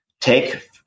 take